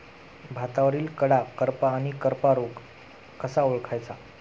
भातावरील कडा करपा आणि करपा रोग कसा ओळखायचा?